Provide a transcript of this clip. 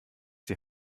die